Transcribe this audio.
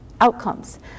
outcomes